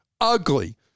ugly